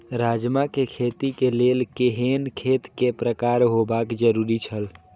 राजमा के खेती के लेल केहेन खेत केय प्रकार होबाक जरुरी छल?